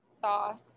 sauce